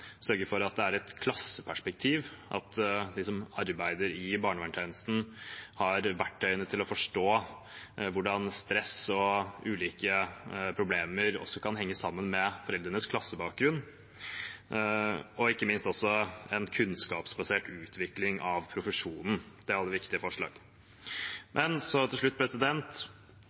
for at det er et klasseperspektiv, at de som arbeider i barnevernstjenesten, har verktøyene til å forstå hvordan stress og ulike problemer også kan henge sammen med foreldrenes klassebakgrunn, og ikke minst en kunnskapsbasert utvikling av profesjonen. Det er alle viktige forslag. Til slutt